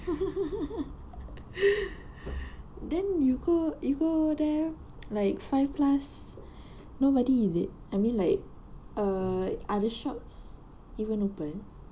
then you go you go there like five plus nobody is it I mean like err are the shops even open